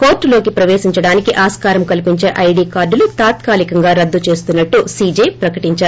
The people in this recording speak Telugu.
కోర్లులోకి ప్రపేశించడానికి ఆస్కారం కల్పించే ఐడీ కార్డులు తాత్కాలికంగా రద్దు చేస్తున్నట్లు సీజే ప్రకటించారు